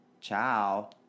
Ciao